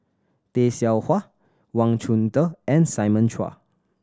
Tay Seow Huah Wang Chunde and Simon Chua